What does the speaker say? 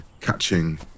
catching